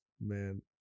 Man